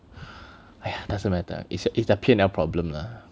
!aiya! doesn't matter it's it's the P&L problem ah